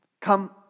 come